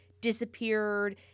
disappeared